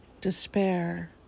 despair